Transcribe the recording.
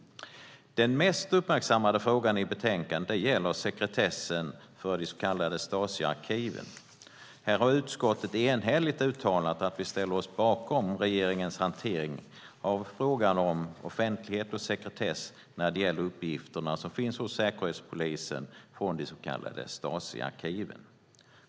Den mest uppmärksammade frågan i betänkandet gäller sekretessen för de så kallade Stasisarkiven. Här har utskottet enhälligt uttalat att man ställer sig bakom regeringens hantering av frågan om offentlighet och sekretess när det gäller de uppgifter som finns hos Säkerhetspolisen från de så kallade Stasiarkiven.